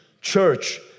church